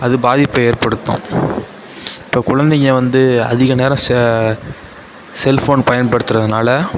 அது பாதிப்பை ஏற்படுத்தும் இப்போ குழந்தைங்க வந்து அதிக நேரம் செல்ஃபோன் பயன்படுத்துகிறதுனால